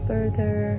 further